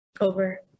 Over